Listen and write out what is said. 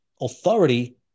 authority